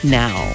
now